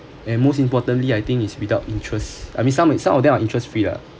and most importantly I think it's without interest I mean some it some of them are interest free lah